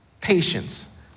patience